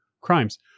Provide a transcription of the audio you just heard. crimes